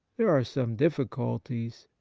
there are some difficulties.